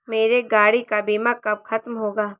मेरे गाड़ी का बीमा कब खत्म होगा?